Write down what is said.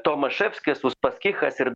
tomaševskis uspaskichas ir